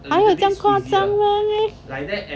!huh! 有这样夸张 meh